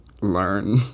learn